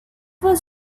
was